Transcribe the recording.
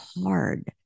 hard